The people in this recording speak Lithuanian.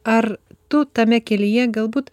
ar tu tame kelyje galbūt